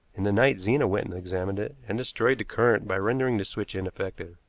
in the night zena went and examined it, and destroyed the current by rendering the switch ineffective.